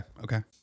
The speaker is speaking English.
okay